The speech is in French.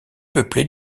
peuplée